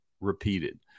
repeated